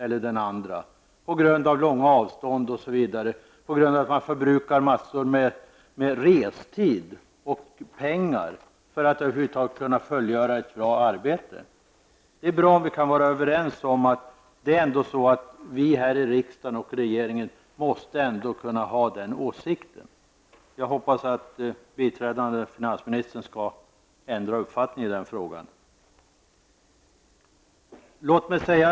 Det kan vara fråga om långa avstånd och att man förbrukar mängder med restid och pengar för att kunna utföra ett bra arbete. Det är bra om vi kan vara överens om att vi här i riksdagen och regeringen ändå måste kunna ha dessa åsikter. Jag hoppas att biträdande finansministern skall ändra uppfattning i den frågan.